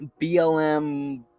BLM